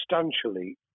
substantially